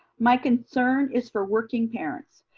my concern is for working parents.